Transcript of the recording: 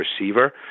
receiver